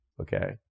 Okay